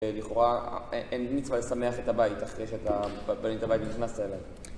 ולכאורה, אין מצווה לשמח את הבית אחרי שאתה, בנית בית ונכנסת אליו.